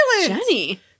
Jenny